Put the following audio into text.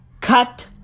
cut